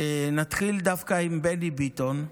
נתחיל דווקא עם בני ביטון,